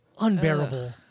unbearable